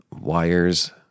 wires